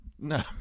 no